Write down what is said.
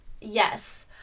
Yes